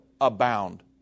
abound